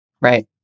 Right